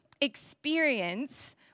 experience